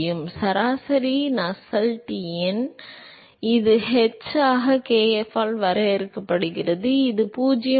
எனவே சராசரி நஸ்செல்ட்ஸ் எண் இது h ஆக kf ஆல் வரையறுக்கப்படுகிறது இது 0